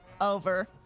Over